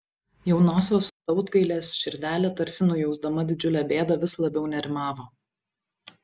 jaunosios tautgailės širdelė tarsi nujausdama didžiulę bėdą vis labiau nerimavo